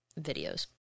videos